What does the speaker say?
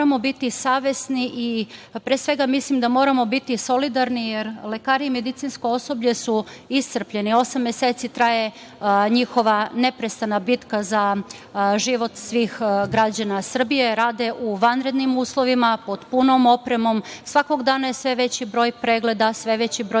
Moramo biti savesni, a pre svega mislim da moramo biti solidarni, jer lekari i medicinsko osoblje su iscrpljeni, osam meseci traje njihova neprestana bitka za život svih građana Srbije, rade u vanrednim uslovima, pod punom opremom, svakog dana je sve veći broj pregleda, sve veći broj